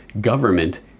government